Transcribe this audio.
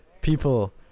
people